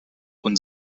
und